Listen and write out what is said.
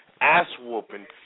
ass-whooping